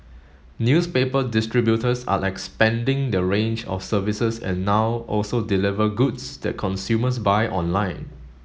newspaper distributors are expanding their range of services and now also deliver goods that consumers buy online